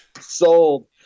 sold